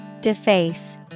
Deface